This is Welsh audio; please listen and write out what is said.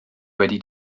wedi